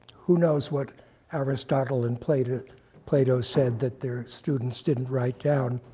who knows what aristotle and plato plato said that their students didn't write down?